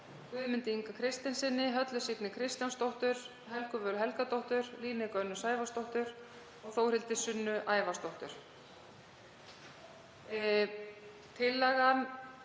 Guðmundi Inga Kristinssyni, Höllu Signýju Kristjánsdóttur, Helgu Völu Helgadóttur, Líneik Önnu Sævarsdóttur og Þórhildi Sunnu Ævarsdóttur. Tillagan